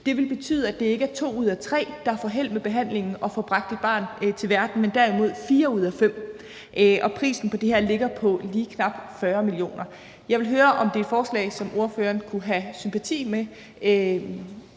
Det vil betyde, at det ikke er to ud af tre, der får held med behandlingen og får bragt et barn til verden, men derimod fire ud af fem, og prisen på det her ligger på lige knap 40 mio. kr. Jeg vil høre, om det er et forslag, som ordføreren kunne have sympati for